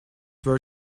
were